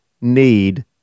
need